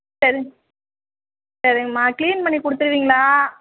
சரி சரிங்கம்மா க்ளீன் பண்ணி கொடுத்துருவீங்களா